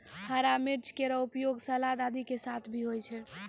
हरा मिर्च केरो उपयोग सलाद आदि के साथ भी होय छै